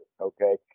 okay